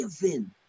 given